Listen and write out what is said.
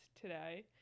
today